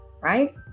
right